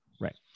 Right